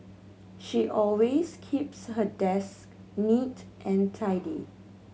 she always keeps her desk neat and tidy